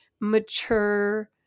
mature